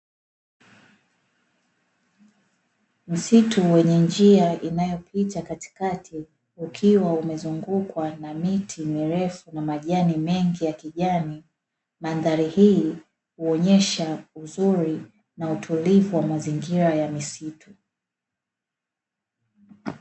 Msitu wenye njia inayopita katikati ukiwa umezungukwa na miti mirefu na Majani mengi ya kijani, Mandhari hii huonyesha uzuri na utulivu wa mazingira ya misitu.